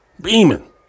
beaming